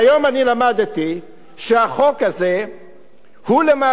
היום אני למדתי שהחוק הזה הוא למעשה,